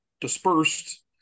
dispersed